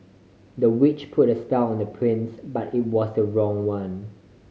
the witch put a spell on the prince but it was the wrong one